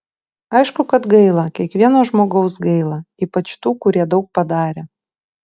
aišku kad gaila kiekvieno žmogaus gaila ypač tų kurie daug padarė